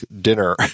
dinner